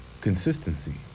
consistency